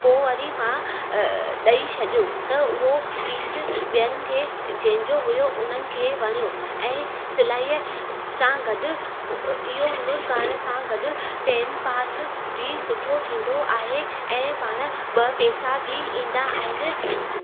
पोइ वरी मां अ ॾेई छॾियो त उओ पीस ॿियनि खे जंहिंजो हुयो उन्हनि खे वणियो ऐं सिलाईअ सां गॾु पोइ अ इहो हुनुरु करण सां गॾु टेम पास बि सुठो थींदो आहे ऐं पाण ॿ पेसा बि ईंदा आहिनि